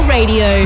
Radio